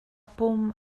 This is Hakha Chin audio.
pum